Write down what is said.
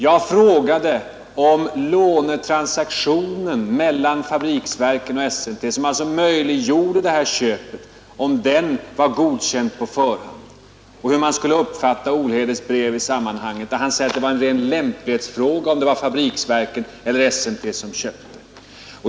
Jag frågade om den lånetransaktion mellan fabriksverken och SMT som möjliggjorde detta köp var godkänd på förhand och hur man skulle uppfatta Olhedes brev i sammanhanget, där Olhede säger att det var en ren lämplighetsfråga om det var fabriksverken eller SMT som köpte.